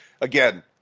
again